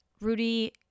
Rudy